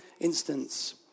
instance